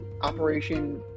operation